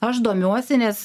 aš domiuosi nes